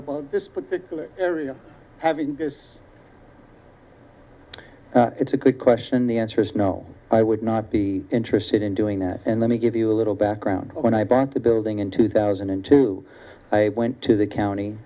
about this particular area having this it's a good question the answer is no i would not be interested in doing that and let me give you a little background when i bought the building in two thousand and two i went to the county